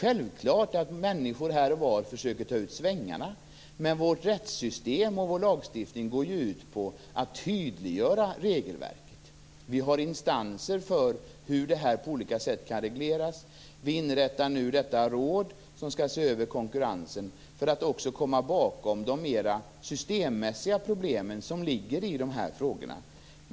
Självfallet försöker människor här och var ta ut svängarna, men vårt rättssystem och vår lagstiftning går ju ut på att tydliggöra regelverket. Vi har instanser för att reglera detta på olika sätt. Vi inrättar nu ett råd som skall se över konkurrensen för att också komma åt de mer systemmässiga problem som ligger i detta.